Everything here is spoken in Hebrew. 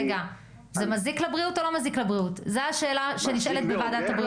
זו השאלה שנשאלת לוועדת הבריאות.